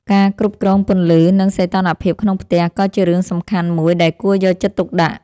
ការគ្រប់គ្រងពន្លឺ និងសីតុណ្ហភាពក្នុងផ្ទះក៏ជារឿងសំខាន់មួយដែលគួរយកចិត្តទុកដាក់។